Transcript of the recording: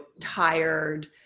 tired